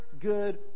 good